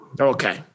Okay